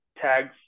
tags